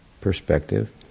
perspective